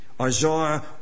Isaiah